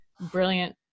brilliant